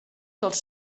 dels